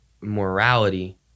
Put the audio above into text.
morality